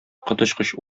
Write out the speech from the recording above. коточкыч